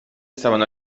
stavano